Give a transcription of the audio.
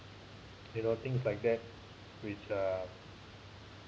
you know things like that which uh